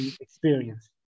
experience